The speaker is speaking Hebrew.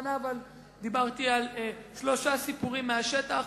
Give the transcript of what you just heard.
בכוונה דיברתי על שלושה סיפורים מהשטח,